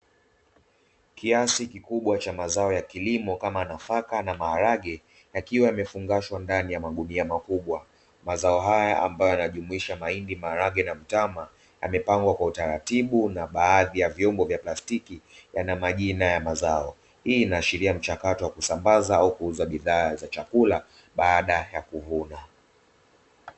Kiasi kikubwa cha mazao ya kilimo kama nafaka na maharage, yakiwa yamefungashwa ndani ya magunia makubwa mazao haya ambayo yanajumuisha mahindi, maharage na mtama amepangwa kwa utaratibu na baadhi ya vyombo vya plastiki yana majina ya mazao. Hii inaashiria mchakato wa kusambaza au kuuza bidhaa za chakula baada ya kuvuna.